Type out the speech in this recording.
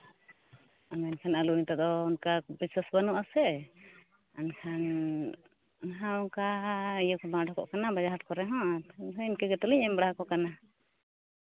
ᱟᱨ ᱢᱮᱱᱠᱷᱟᱱ ᱟᱹᱞᱩ ᱱᱤᱛᱳᱜ ᱫᱚ ᱚᱱᱠᱟ ᱪᱟᱥ ᱵᱟᱱᱩᱜᱼᱟ ᱥᱮ ᱮᱱᱠᱷᱟᱱ ᱦᱚᱸ ᱚᱱᱠᱟ ᱤᱭᱟᱹ ᱠᱚ ᱵᱟᱝ ᱚᱰᱩᱠᱚᱜ ᱠᱟᱱᱟ ᱵᱟᱡᱟᱨ ᱦᱟᱴ ᱠᱚᱨᱮ ᱦᱚᱸ ᱤᱱᱠᱟᱹ ᱠᱟᱛᱮᱫ ᱞᱤᱧ ᱮᱢ ᱵᱟᱲᱟ ᱟᱠᱚ ᱠᱟᱱᱟ